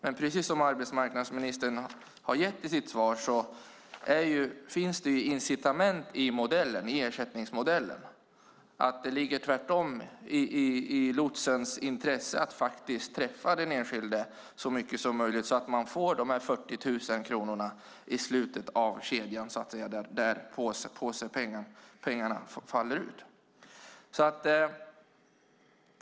Men precis som arbetsmarknadsministern har sagt i sitt svar finns det incitament i modellen när det gäller ersättning, och det ligger tvärtom i lotsens intresse att faktiskt träffa den enskilda så mycket som möjligt så att man får dessa 40 000 kronor i slutet av kedjan då pengarna ska falla ut.